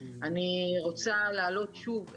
נכון להבוקר הוא לא עובד.